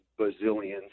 bazillions